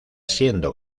siendo